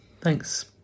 Thanks